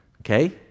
okay